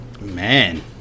Man